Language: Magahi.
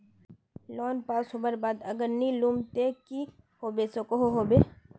लोन पास होबार बाद अगर नी लुम ते की होबे सकोहो होबे?